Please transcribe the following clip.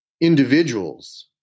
individuals